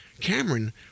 Cameron